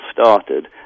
started